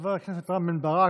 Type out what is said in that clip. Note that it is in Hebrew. חבר הכנסת רם בן ברק,